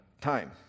time